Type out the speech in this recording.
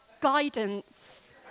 guidance